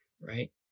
right